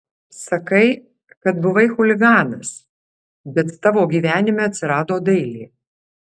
sakai kad buvai chuliganas bet tavo gyvenime atsirado dailė